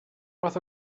fath